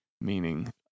meaning